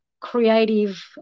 creative